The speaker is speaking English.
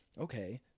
okay